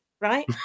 right